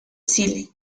chile